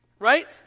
right